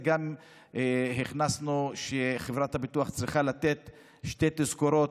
גם הכנסנו שחברת הביטוח צריכה לתת שתי תזכורות.